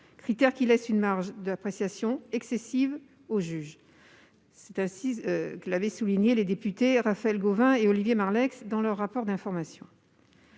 critère qui laisse une marge d'appréciation excessive au juge, ainsi que l'avaient souligné les députés Raphaël Gauvain et Olivier Marleix dans leur rapport d'information.